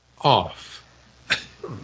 off